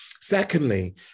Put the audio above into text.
secondly